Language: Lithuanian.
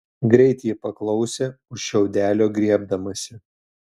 greit ji paklausė už šiaudelio griebdamasi